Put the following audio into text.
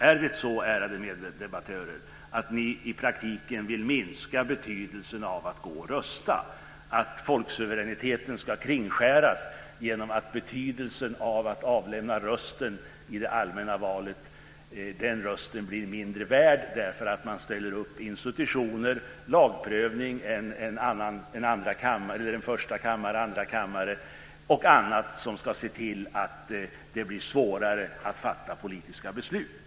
Är det så, ärade meddebattörer, att ni i praktiken vill minska betydelsen av att gå och rösta, att folksuveräniteten ska kringskäras genom att minska betydelsen av att avlämna rösten i det allmänna valet? Den rösten blir mindre värd därför att man har institutioner, lagprövning, en första kammare och en andra kammare och annat som ska se till att det blir svårare att fatta politiska beslut.